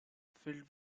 filled